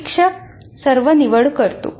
शिक्षक सर्व निवड करतो